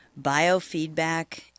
Biofeedback